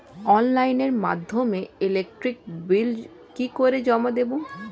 অনলাইনের মাধ্যমে electric bill কি করে জমা দেবো?